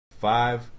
Five